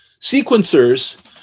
sequencers